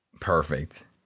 Perfect